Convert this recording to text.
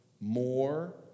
More